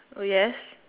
oh yes